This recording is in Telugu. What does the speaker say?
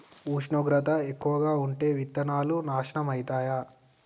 ఉష్ణోగ్రత ఎక్కువగా ఉంటే విత్తనాలు నాశనం ఐతయా?